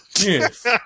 Yes